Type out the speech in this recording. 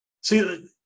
See